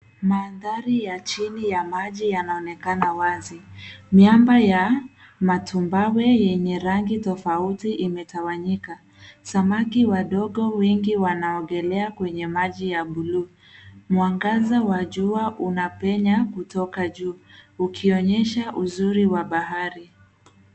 Mandhari ya chini ya maji yanaonekana wazi. Miamba ya matumbawe yenye rangi tofauti imetawanyika. Samaki wadogo wengi wanaogelea kwenye maji ya buluu. Mwangaza wa jua unapenya kutoka juu ukionyesha uzuri wa bahari.